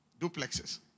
duplexes